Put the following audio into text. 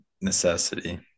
necessity